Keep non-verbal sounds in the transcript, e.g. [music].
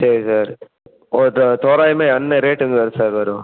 சரி சார் ஒரு தோ தோராயமா என்ன ரேட்டு [unintelligible] சார் வரும்